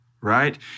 right